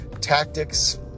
tactics